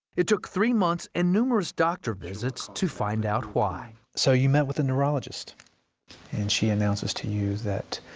it took three months and numerous doctor visits to find out why. interviewing so you met with the neurologist, and she announces to you that